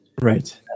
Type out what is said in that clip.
Right